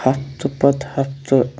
ہفتہٕ پتہٕ ہفتہٕ